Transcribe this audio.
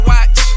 Watch